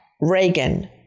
Reagan